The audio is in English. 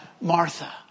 Martha